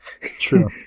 True